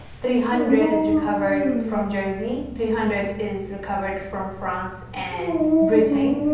three hundred is recovered from jersey, three hundred is recovered from france and britain,